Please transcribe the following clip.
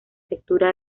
textura